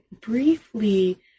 briefly